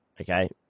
Okay